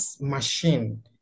machine